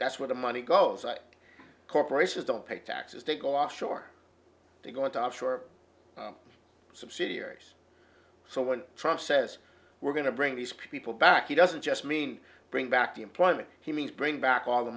that's where the money goes like corporations don't pay taxes they go offshore they go to offshore subsidiaries so when trump says we're going to bring these people back he doesn't just mean bring back the employment he means bring back all the